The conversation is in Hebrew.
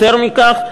יותר מכך,